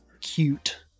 cute